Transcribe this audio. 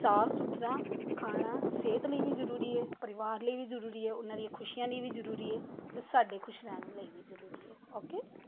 ਸਾਫ ਸੁਥਰਾ ਖਾਣਾ ਸਿਹਤ ਲਈ ਵੀ ਜ਼ਰੂਰੀ ਹੈ ਪਰਿਵਾਰ ਲਈ ਵੀ ਜ਼ਰੂਰੀ ਹੈ ਉਹਨਾਂ ਦੀਆਂ ਖੁਸ਼ੀਆਂ ਲਈ ਵੀ ਜ਼ਰੂਰੀ ਹੈ ਅਤੇ ਸਾਡੇ ਖੁਸ਼ ਰਹਿਣ ਲਈ ਵੀ ਜ਼ਰੂਰੀ ਹੈ ਓਕੇ